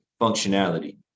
functionality